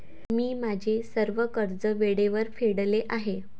मी माझे सर्व कर्ज वेळेवर फेडले आहे